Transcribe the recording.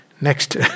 next